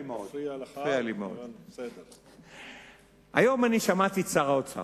היום אני שמעתי את שר האוצר.